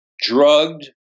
drugged